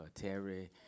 Terry